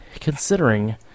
considering